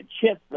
Chip